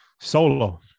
solo